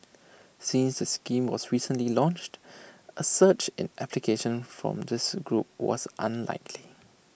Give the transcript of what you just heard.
since the scheme was recently launched A surge in applications from this group was unlikely